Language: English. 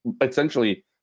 Essentially